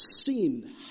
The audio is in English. sin